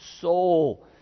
soul